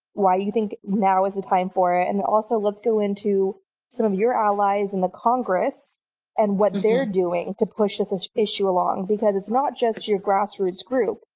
why do you think now is the time for it? and then also let's go into some of your allies in the congress and what they're doing to push this issue along. because it's not just your grassroots group.